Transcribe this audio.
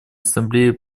ассамблеи